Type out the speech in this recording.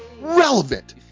relevant